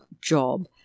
job